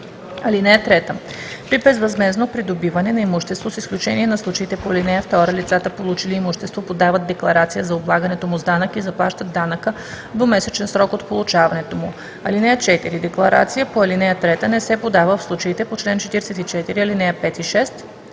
3 и 4: „(3) При безвъзмездно придобиване на имущество, с изключение на случаите по ал. 2, лицата, получили имущество, подават декларация за облагането му с данък и заплащат данъка в двумесечен срок от получаването му. (4) Декларация по ал. 3 не се подава в случаите по чл. 44, ал. 5 и 6